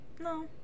No